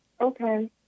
Okay